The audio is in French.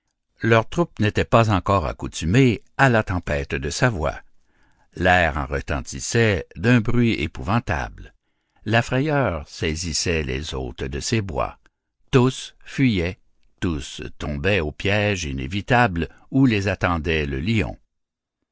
leur troupe n'était pas encore accoutumée à la tempête de sa voix l'air en retentissait d'un bruit épouvantable la frayeur saisissait les hôtes de ces bois tous fuyaient tous tombaient au piège inévitable où les attendait le lion